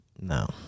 No